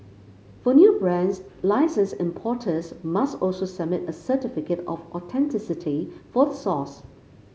for new brands licensed importers must also submit a certificate of authenticity for the source